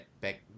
back